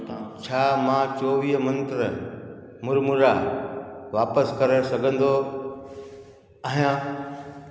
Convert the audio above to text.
छा मां चोवीह मंत्र मुरमुरा वापसि करे सघंदो आहियां